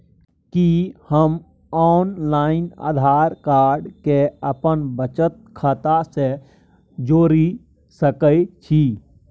कि हम online Aadhaar card के अपन बचत खाता से जोरि सकै छी?